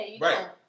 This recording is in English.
Right